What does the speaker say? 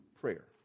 prayer